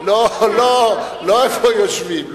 לא איפה יושבים.